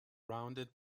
rounded